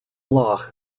loch